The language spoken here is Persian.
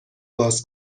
باز